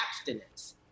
abstinence